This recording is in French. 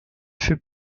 fut